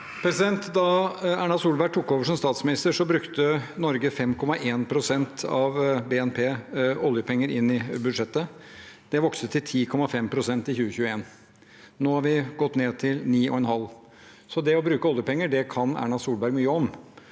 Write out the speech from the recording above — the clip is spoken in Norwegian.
Da Erna Solberg tok over som statsminister, brukte Norge 5,1 pst. av BNP i oljepenger inn i budsjettet. Det vokste til 10,5 pst. i 2021. Nå har vi gått ned til 9,5 pst. Det å bruke oljepenger kan Erna Solberg mye om.